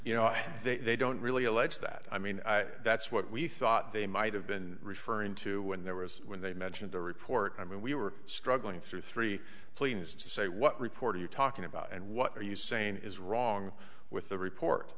you know they don't really allege that i mean that's what we thought they might have been referring to when there was when they mentioned a report i mean we were struggling through three planes to say what report you talking about and what are you saying is wrong with the report